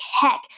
heck